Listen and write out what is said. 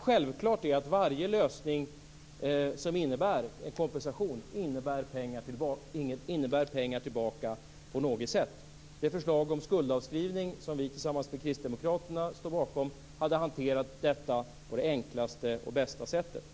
Självklart är att varje lösning som innebär en kompensation innebär pengar tillbaka på något sätt. Med det förslag om skuldavskrivning som vi tillsammans med kristdemokraterna står bakom hade detta hanterats på det enklaste och bästa sättet.